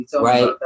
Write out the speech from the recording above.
right